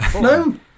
No